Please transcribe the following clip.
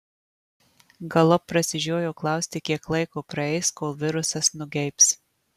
galop prasižiojo klausti kiek laiko praeis kol virusas nugeibs